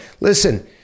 Listen